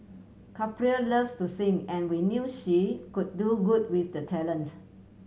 Capri loves to sing and we knew she could do good with the talent